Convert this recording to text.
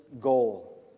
goal